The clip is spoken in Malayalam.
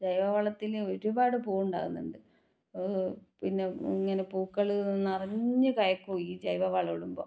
ജൈവ വളത്തിൽ ഒരുപാട് പൂവുണ്ടാകുന്നുണ്ട് പിന്നെ ഇങ്ങനെ പൂക്കൾ നിറഞ്ഞ് കായ്ക്കും ഈ ജൈവ വളമിടുമ്പോൾ